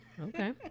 Okay